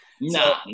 no